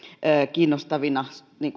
kiinnostavina